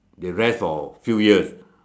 they rest for few years